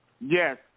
Yes